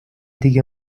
دیگه